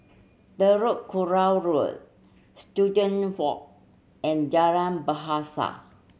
Telok Kurau Road Student Walk and Jalan Bahasa